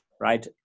right